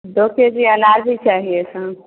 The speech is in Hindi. दो के जी अनार भी चाहिए था